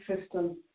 system